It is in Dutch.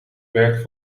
werk